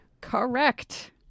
Correct